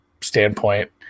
standpoint